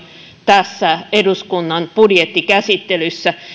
tässä eduskunnan budjettikäsittelyssä